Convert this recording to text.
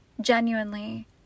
Genuinely